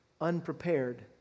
unprepared